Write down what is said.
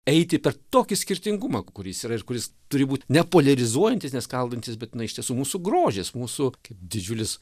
eiti per tokį skirtingumą kuris yra ir kuris turi būt ne poliarizuojantis ne skaldantis bet na iš tiesų mūsų grožis mūsų kaip didžiulis